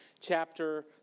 chapter